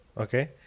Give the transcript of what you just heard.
okay